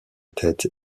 tête